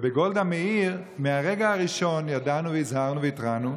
בגולדה מאיר מהרגע הראשון ידענו, הזהרנו והתרענו,